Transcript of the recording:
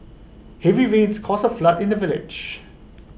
A comma can change the meaning of A sentence entirely